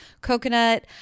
coconut